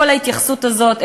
כל ההתייחסות הזאת,